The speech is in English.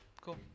Cool